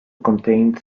contained